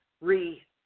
re